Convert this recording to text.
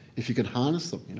if you can harness them. you know